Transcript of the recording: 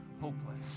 hopeless